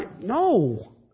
no